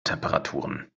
temperaturen